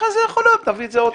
ואחרי זה יכול להיות, נביא את זה.